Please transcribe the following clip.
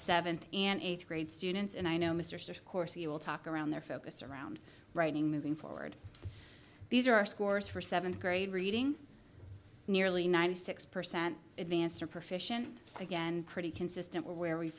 seventh and eighth grade students and i know mr six course he will talk around their focus around writing moving forward these are our scores for seventh grade reading nearly ninety six percent advanced or proficient again pretty consistent with where we